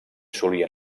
solien